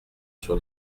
sur